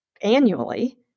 annually